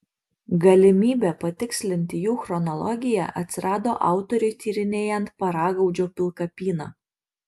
galimybė patikslinti jų chronologiją atsirado autoriui tyrinėjant paragaudžio pilkapyną